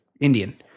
Indian